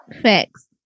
Facts